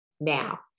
Now